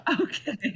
Okay